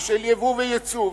ושל ייבוא וייצוא,